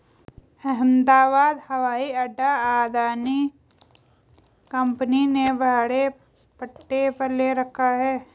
अहमदाबाद हवाई अड्डा अदानी कंपनी ने भाड़े पट्टे पर ले रखा है